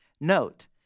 Note